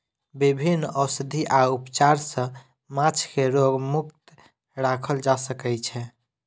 विभिन्न औषधि आ उपचार सॅ माँछ के रोग मुक्त राखल जा सकै छै